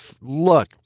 look—